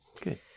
Good